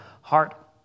heart